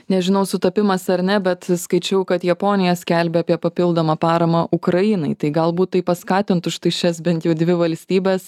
nežinau sutapimas ar ne bet skaičiau kad japonija skelbia apie papildomą paramą ukrainai tai galbūt tai paskatintų štai šias bent jau dvi valstybes